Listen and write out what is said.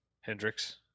Hendricks